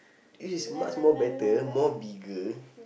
this is much more better more bigger